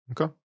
Okay